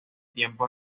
tiempo